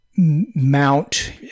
Mount